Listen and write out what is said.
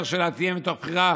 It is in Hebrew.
שהדרך שלה תהיה מתוך בחירה